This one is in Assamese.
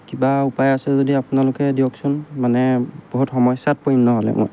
কিবা উপায় আছে যদি আপোনালোকে দিয়কচোন মানে বহুত সমস্যাত পৰিম নহ'লে মই